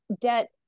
debt